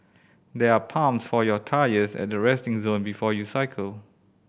there are pumps for your tyres at the resting zone before you cycle